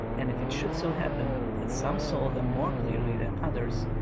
and if it should so happen that some saw them more clearly than others,